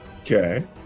Okay